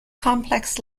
complex